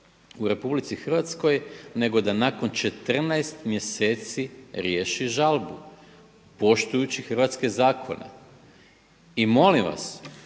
u RH nego da nakon 14 mjeseci riješi žalbu poštujući hrvatske zakone. I molim vas